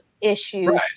issue